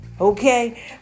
Okay